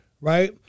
Right